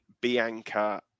bianca